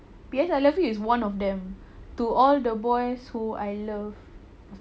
P_S I love is one of them to all the boys who I love or something like